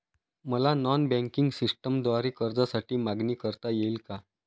मला non banking सिस्टमद्वारे कर्जासाठी मागणी करता येईल का?